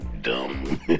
dumb